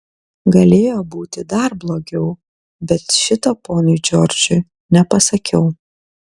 galėjo būti dar blogiau bet šito ponui džordžui nepasakiau